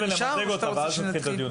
אותו עבריין שחוזר למקום האירוע.